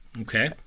Okay